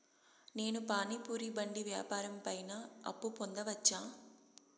నేను పానీ పూరి బండి వ్యాపారం పైన అప్పు పొందవచ్చా?